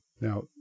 Now